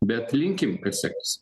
bet linkim kad sektųsi